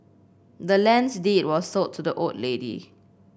the land's deed was sold to the old lady